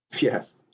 Yes